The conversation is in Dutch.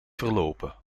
verlopen